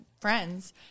friends